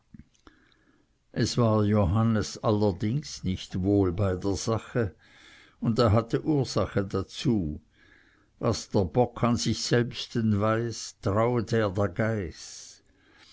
es war johannes allerdings nicht wohl bei der sache und er hatte ursache dazu was der bock an sich selbsten weiß trauet er der geiß